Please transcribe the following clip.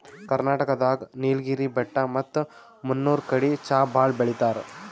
ಕರ್ನಾಟಕ್ ದಾಗ್ ನೀಲ್ಗಿರಿ ಬೆಟ್ಟ ಮತ್ತ್ ಮುನ್ನೂರ್ ಕಡಿ ಚಾ ಭಾಳ್ ಬೆಳಿತಾರ್